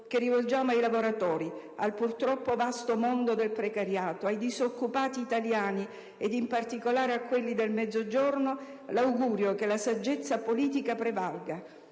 rivolgiamo ai lavoratori, al purtroppo vasto mondo del precariato, ai disoccupati italiani, e in particolare a quelli del Mezzogiorno, l'augurio che la saggezza politica prevalga